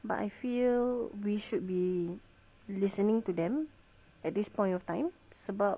but I feel we should be listening to them at this point of time sebab